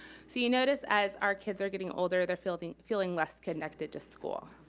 so you noticed as our kids are getting older, they're feeling feeling less connected to school.